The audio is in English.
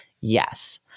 Yes